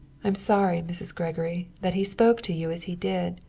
i'm sorry, mrs. gregory, that he spoke to you as he did,